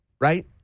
right